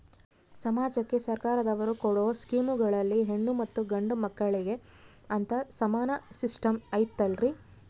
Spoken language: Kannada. ಸಮಾಜಕ್ಕೆ ಸರ್ಕಾರದವರು ಕೊಡೊ ಸ್ಕೇಮುಗಳಲ್ಲಿ ಹೆಣ್ಣು ಮತ್ತಾ ಗಂಡು ಮಕ್ಕಳಿಗೆ ಅಂತಾ ಸಮಾನ ಸಿಸ್ಟಮ್ ಐತಲ್ರಿ?